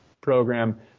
program